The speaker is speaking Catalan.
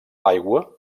aigua